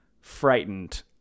frightened